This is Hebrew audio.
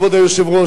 כבוד היושב-ראש,